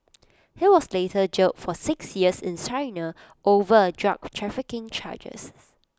he was later jailed for six years in China over drug trafficking charges